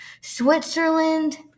Switzerland